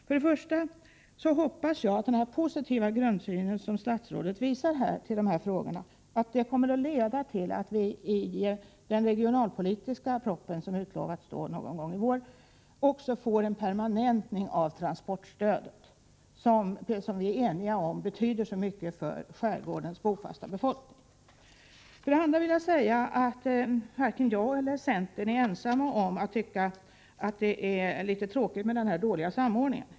För det första hoppas jag att den positiva grundsyn som statsrådet visar i dessa frågor kommer att leda till att vi genom den regionalpolitiska proposition som är utlovad till någon gång i vår får en permanentning av transportstödet, som vi är eniga om betyder så mycket för skärgårdens bofasta befolkning. För det andra vill jag säga att jag och centern inte är ensamma om att tycka att det är litet tråkigt med den här dåliga samordningen.